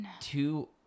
two